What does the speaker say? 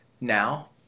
Now